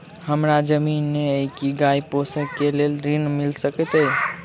हमरा जमीन नै अई की गाय पोसअ केँ लेल ऋण मिल सकैत अई?